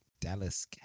Dallas